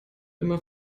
immer